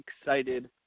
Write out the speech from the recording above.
excited